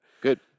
Good